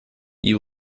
you